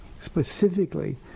specifically